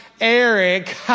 Eric